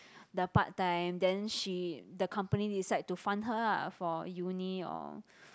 the part time then she the company decide to fund her ah for uni or